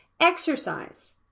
Exercise